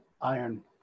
iron